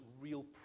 real